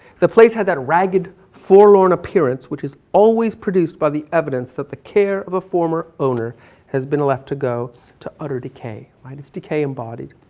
the place had that ragged, forlorn appearance, which is always produced by the evidence that the care of a former owner has been left to go to utter decay. right? it's decay embodied.